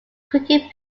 cricket